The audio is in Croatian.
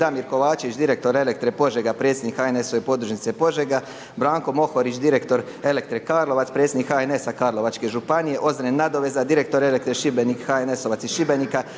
Damir Kovačević, direktor Elektre Požega predsjednik HNS-ove podružnice Požega. Branko Mohorić, direktor Elektre Karlovac, predsjednik HNS-a Karlovačke županije. Ozren Nadoveza, direktor Elektre Šibenik, HNS-ovac iz Šibenika.